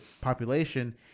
population